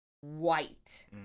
white